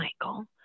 Michael